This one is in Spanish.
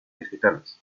digitales